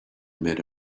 made